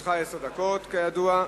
לרשותך עשר דקות, כידוע.